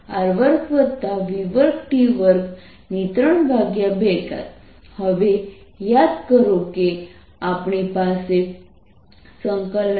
હવે યાદ કરો કે આપણી પાસે B